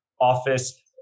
office